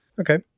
Okay